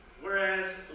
whereas